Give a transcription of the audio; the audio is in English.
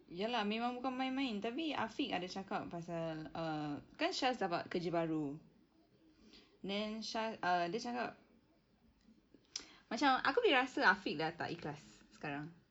ya lah memang bukan main-main tapi afiq ada cakap pasal err kan syaz dapat kerja baru then syaz ah dia cakap macam aku boleh rasa afiq dah tak ikhlas sekarang